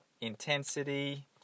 intensity